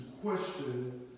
question